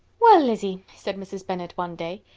well, lizzy, said mrs. bennet one day,